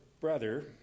brother